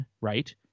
Right